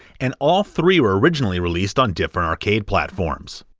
and all three were originally released on different arcade platforms.